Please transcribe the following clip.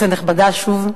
כנסת נכבדה, שוב,